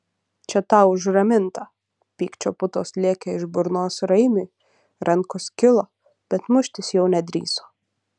čia tau už ramintą pykčio putos lėkė iš burnos raimiui rankos kilo bet muštis jau nedrįso